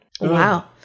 Wow